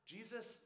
Jesus